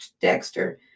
Dexter